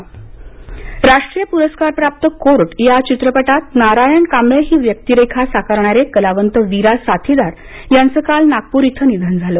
वीरा साथीदार निधन राष्ट्रीय पुरस्कारप्राप्त कोर्ट या चित्रपटात नारायण कांबळे ही व्यक्तीरेखा साकारणारे कलावंत वीरा साथीदार यांचं काल नागप्र इथं निधन झालं